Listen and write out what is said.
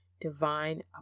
divine